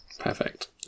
Perfect